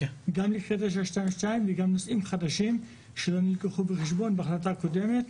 גם ב-922 וגם נושאים חדשים שלא נלקחו בחשבון בהחלטה הקודמת.